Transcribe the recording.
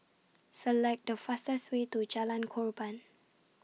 Select The fastest Way to Jalan Korban